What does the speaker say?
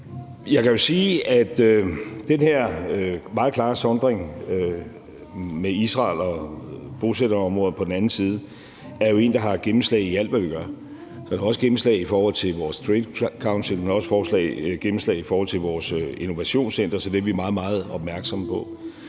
Jeg kan sige, at den her meget klare sondring mellem Israel og bosætterområder på den anden side jo er en, der har gennemslag i alt, hvad vi gør. Den har også gennemslag i forhold til vores straight council. Den har også gennemslag i forhold til vores innovationscenter, så det er vi meget, meget opmærksomme på.